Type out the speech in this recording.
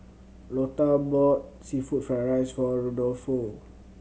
Lotta bought seafood fry rice for Rudolfo